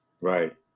Right